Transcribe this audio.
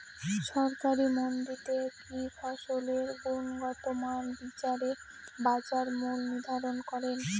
সরকারি মান্ডিতে কি ফসলের গুনগতমান বিচারে বাজার মূল্য নির্ধারণ করেন?